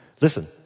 Listen